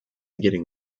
getting